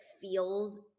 feels